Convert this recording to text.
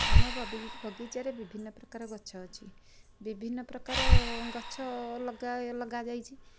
ଆମ ବଗିଚାରେ ବିଭିନ୍ନ ପ୍ରକାର ଗଛ ଅଛି ବିଭିନ୍ନ ପ୍ରକାର ଗଛ ଲଗା ଲଗା ଯାଇଛି